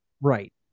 Right